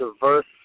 diverse